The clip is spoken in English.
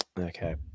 okay